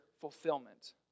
fulfillment